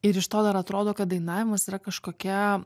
ir iš to dar atrodo kad dainavimas yra kažkokia